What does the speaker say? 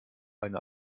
eine